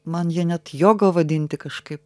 man ją net joga vadinti kažkaip